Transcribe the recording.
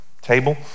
table